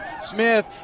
Smith